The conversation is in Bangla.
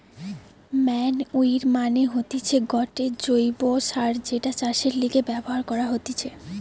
ম্যানইউর মানে হতিছে গটে জৈব্য সার যেটা চাষের লিগে ব্যবহার করা হতিছে